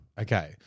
Okay